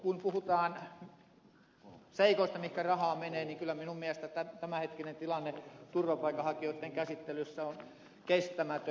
kun puhutaan seikoista mihinkä rahaa menee niin kyllä minun mielestäni tämänhetkinen tilanne turvapaikanhakijoitten käsittelyssä on kestämätön